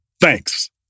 Thanks